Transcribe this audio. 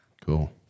Cool